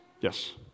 Yes